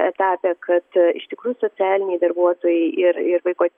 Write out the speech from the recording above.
etape kad iš tikrųjų socialiniai darbuotojai ir ir vaiko